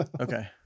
Okay